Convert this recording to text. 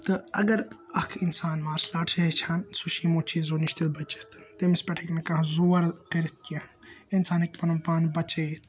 تہٕ اَگَر اَکھ اِنسان مارشَل آرٹ چھُ ہیٚچھان سُہ چھُ یِمو چیٖزو نِش تہِ بٔچِتھ تٔمِس پیٚٹھ ہیٚکہِ نہٕ کانٛہہ زور کٔرِتھ کیٚنٛہہ اِنسان ہیٚکہِ پَنُن پان بَچٲوِتھ